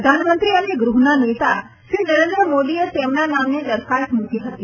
પ્રધાનમંત્રી અને ગૃહના નેતા શ્રી નરેન્દ્ર મોદીએ તેમના નામની દરખાસ્ત મૂકી હતી